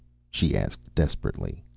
she asked desperately.